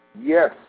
Yes